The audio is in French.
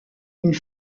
une